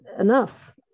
enough